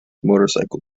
motorcycle